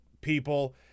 people